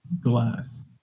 glass